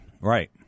Right